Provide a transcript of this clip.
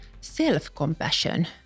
self-compassion